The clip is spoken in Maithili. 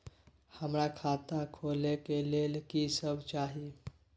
हमरा खाता खोले के लेल की सब चाही?